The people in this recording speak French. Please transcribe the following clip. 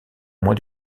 moins